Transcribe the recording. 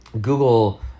google